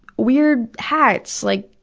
weird hats, like,